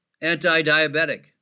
anti-diabetic